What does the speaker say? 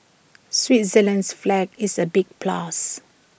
Switzerland's flag is A big plus